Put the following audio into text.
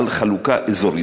על חלוקה אזורית.